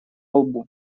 лбу